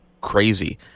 crazy